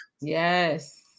Yes